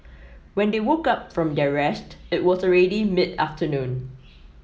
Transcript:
when they woke up from their rest it was already mid afternoon